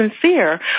sincere